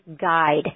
Guide